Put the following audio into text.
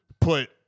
put